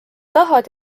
tahad